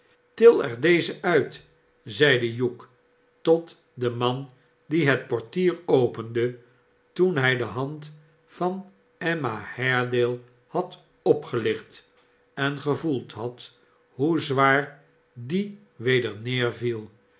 er deze uit zeide hugh tot den man die het portier opende toen hij de hand van emma haredale had opgelicht en gevoeld had hoe zwaar die weder